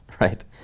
right